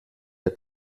der